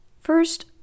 First